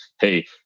hey